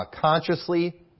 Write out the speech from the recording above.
consciously